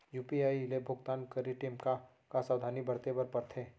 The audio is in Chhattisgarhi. यू.पी.आई ले भुगतान करे टेम का का सावधानी बरते बर परथे